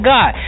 God